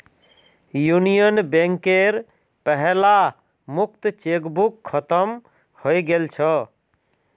union बैंकेर पहला मुक्त चेकबुक खत्म हइ गेल छ